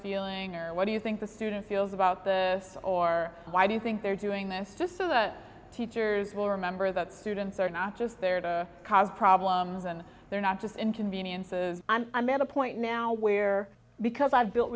feeling or what do you think the student feels about the or why do you think they're doing this just so that teachers will remember that students are not just there to cause problems and they're not just inconveniences and i'm at a point now where because i'